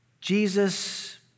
Jesus